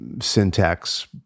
syntax